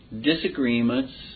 disagreements